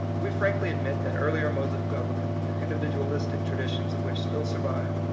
we frankly admit that earlier modes of government, the individualistic tradi tions of which still survive,